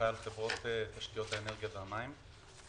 אחראי על חברות תשתיות האנרגיה והמים.